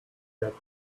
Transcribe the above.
get